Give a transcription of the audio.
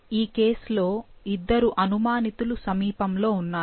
ఈ కేస్ లో ఇద్దరు అనుమానితులు సమీపంలో ఉన్నారు